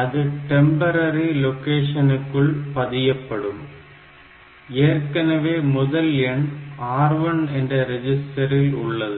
அது டெம்பரரி லொகேஷனுக்குள் பதியப்படும் ஏற்கனவே முதல் எண் R1 என்ற ரிஜிஸ்டரில் உள்ளது